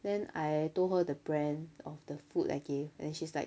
then I told her the brand of the food I gave then she's like